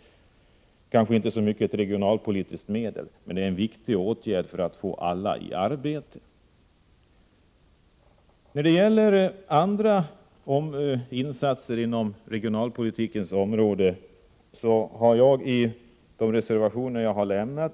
Detta är kanske inte så mycket ett regionalpolitiskt medel, men det är en viktig åtgärd för att få alla i arbete. När det gäller andra insatser inom regionalpolitikens område har jag i de reservationer jag har avlämnat